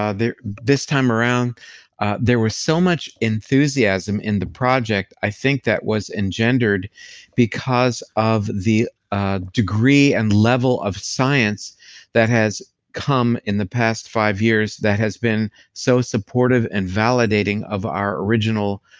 ah this time around there was so much enthusiasm in the project i think that was engendered because of the ah degree and level of science that has come in the past five years that has been so supportive and validating of our original,